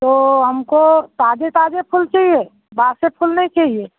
तो हमको ताज़े ताज़े फूल चाहिए बासी फूल नहीं चाहिए